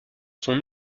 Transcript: son